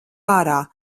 ārā